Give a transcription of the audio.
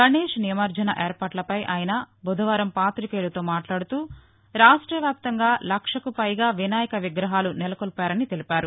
గణేష్ నిమజ్జన ఏర్పాట్లపై ఆయన బుధవారం పాతికేయులతో మాట్లాడుతూరాష్ట్రవ్యాప్తంగా లక్షకు పైగా వినాయక విగ్రహాలు నెలకొల్పారన్నారు